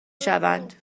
شوند